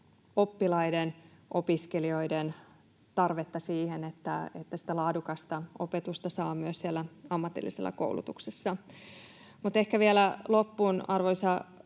oppilaiden, opiskelijoiden tarvetta siihen, että sitä laadukasta opetusta saa myös siellä ammatillisessa koulutuksessa. Mutta ehkä vielä loppuun, arvoisa